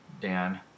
Dan